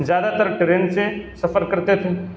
زیادہ تر ٹرین سے سفر کرتے تھے